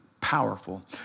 powerful